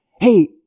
hey